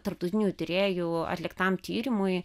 tarptautinių tyrėjų atliktam tyrimui